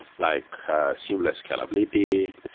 like seamless scalability.